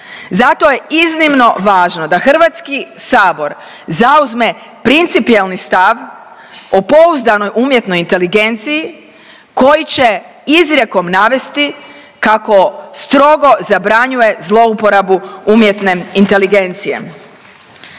Zato je iznimno važno da Hrvatski sabor zauzme principijelni stav o pouzdanoj umjetnoj inteligenciji koji će izrijekom navesti kako strogo zabranjuje zlouporabu umjetne inteligencije.